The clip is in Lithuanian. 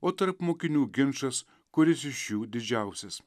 o tarp mokinių ginčas kuris iš jų didžiausias